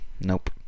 nope